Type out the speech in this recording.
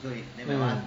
mm